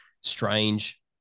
strange